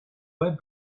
web